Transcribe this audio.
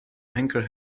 henkel